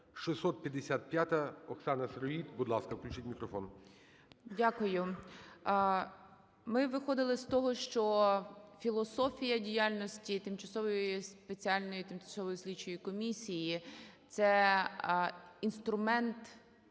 655-а, Оксана Сироїд. Будь ласка, включіть мікрофон. 13:43:51 СИРОЇД О.І. Дякую. Ми виходили з того, що філософія діяльності тимчасової… спеціальної тимчасової слідчої комісії – це інструмент